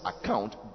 account